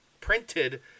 printed